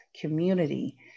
community